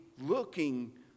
looking